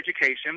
education